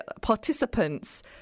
participants